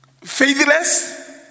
faithless